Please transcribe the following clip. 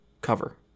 Cover